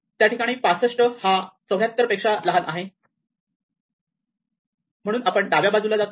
त्या ठिकाणी 65 हा 74 पेक्षा लहान आहे म्हणून आपण डाव्या बाजूला जातो